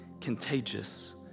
contagious